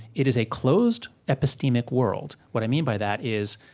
it is a closed epistemic world. what i mean by that is,